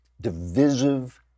divisive